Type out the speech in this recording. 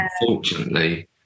unfortunately